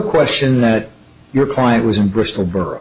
question that your client was in bristol borough